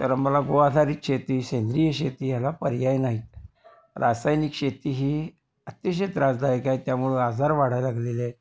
तर आम्हाला गो आधारित शेती सेंद्रिय शेती ह्याला पर्याय नाहीत रासायनिक शेती ही अतिशय त्रासदायक आहे त्यामुळं आजार वाढायला लागलेले आहेत